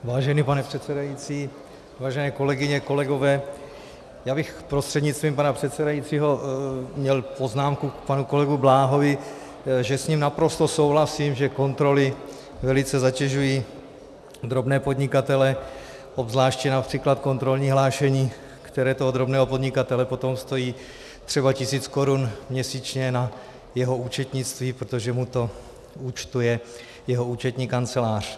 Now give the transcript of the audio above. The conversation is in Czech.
Vážený pane předsedající, vážené kolegyně, kolegové, já bych prostřednictvím pana předsedajícího měl poznámku k panu kolegovi Bláhovi, že s ním naprosto souhlasím, že kontroly velice zatěžují drobné podnikatele, obzvláště např. kontrolní hlášení, které toho drobného podnikatele potom stojí třeba tisíc korun měsíčně na jeho účetnictví, protože mu to účtuje jeho účetní kancelář.